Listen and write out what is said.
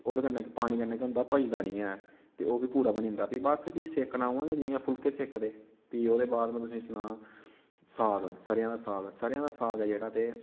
ओह्दे कन्नै इक पानी कन्नै केह् होंदा भजदा नि ऐ ते ओह् बी पूरा बनी जंदा ते बस फ्ही सेकना उ'आं गै जियां कि फुल्के सेकदे फ्ही ओह्दे बाद में तुसेंगी सनां साग सरेआं दा साग जेह्ड़ा ते